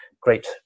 great